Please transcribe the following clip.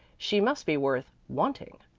she must be worth wanting.